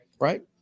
Right